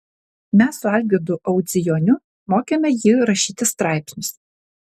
mes su algirdu audzijoniu mokėme jį rašyti straipsnius